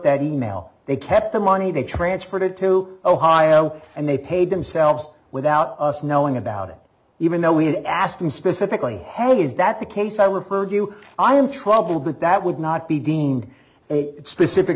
that e mail they kept the money they transferred it to ohio and they paid themselves without us knowing about it even though we had asked them specifically how is that the case i referred you i am troubled that that would not be deemed a specific